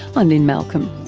i'm lynne malcolm.